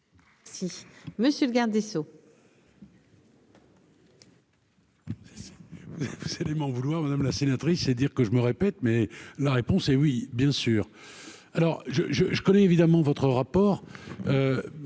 Si monsieur le garde des Sceaux. C'est dément vouloir madame la sénatrice et dire que je me répète mais la réponse est oui, bien sûr, alors je je je connais évidemment votre rapport,